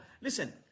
Listen